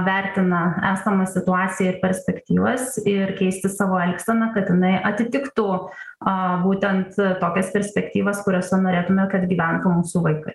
vertina esamą situaciją perspektyvas ir keisti savo elgseną kad jinai atitiktų a būtent tokias perspektyvas kuriose norėtume kad gyventų mūsų vaikai